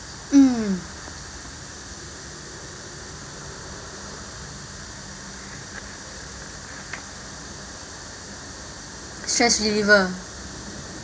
mm stress reliever